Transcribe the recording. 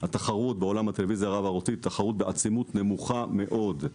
התחרות בטלוויזיה הרב-ערוצית היא תחרות בעצימות נמוכה מאוד.